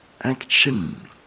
action